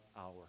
hour